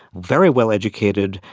very well educated.